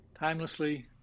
timelessly